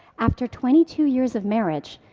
after twenty two years of marriage,